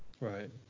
right